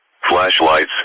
flashlights